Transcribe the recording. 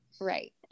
Right